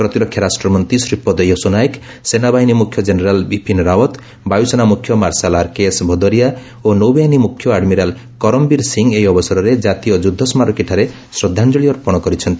ପ୍ରତିରକ୍ଷା ରାଷ୍ଟ୍ରମନ୍ତ୍ରୀ ଶ୍ରୀପଦ ୟଶୋନାୟକ ସେନାବାହିନୀ ମୁଖ୍ୟ ଜେନେରାଲ୍ ବିପିନ ରାଓ୍ୱତ ବାୟୁସେନା ମୁଖ୍ୟ ମାର୍ଶାଲ୍ ଆର୍କେଏସ୍ ଭଦାଉରିଆ ଓ ନୌବାହିନୀ ମୁଖ୍ୟ ଆଡମିରାଲ କରମ ବୀର ସିଂହ ଏହି ଅବସରରେ ଜାତୀୟ ଯୁଦ୍ଧ ସ୍ମାରକୀଠାରେ ଶ୍ରଦ୍ଧାଞ୍ଜଳି ଅର୍ପଣ କରିଛନ୍ତି